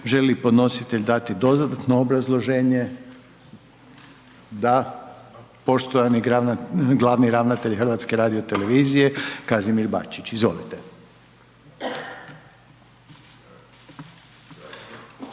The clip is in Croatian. li podnositelj dati dodatno obrazloženje? Da. Poštovani glavni ravnatelj HRT-a Kazimir Bačić. Izvolite.